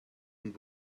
und